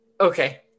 okay